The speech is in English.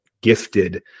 gifted